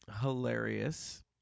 hilarious